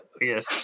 Yes